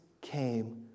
came